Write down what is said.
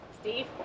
Steve